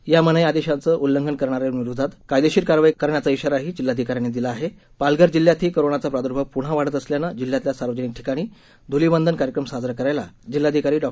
या मनाई आदेशाचं उल्लंघन करणारांविरुद्ध कायदेशीर कारवाई करण्याच श्वाराही जिल्हाधिकाऱ्यांनी दिला आहे पालघर जिल्ह्यातही कोरोनाचा प्रादूर्भाव पुन्हा वाढत असल्यानं जिल्ह्यातल्या सार्वजनिक ठिकाणी धुलीवंदन कार्यक्रम साजरा करायला जिल्हाधिकारी डॉ